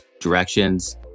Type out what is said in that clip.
directions